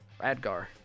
Radgar